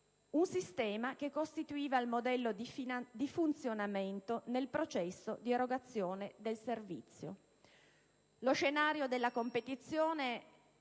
sistema costituiva il modello di funzionamento nel processo di erogazione del servizio. Lo scenario della competizione